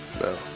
no